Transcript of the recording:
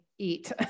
Eat